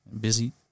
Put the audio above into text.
busy